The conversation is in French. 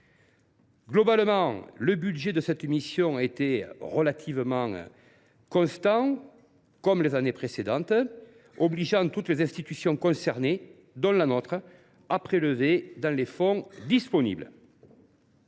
Globalement, le budget de cette mission a été relativement constant au cours des années précédentes, obligeant toutes les institutions concernées – dont la nôtre – à puiser dans leurs fonds disponibles.